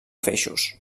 feixos